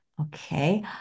Okay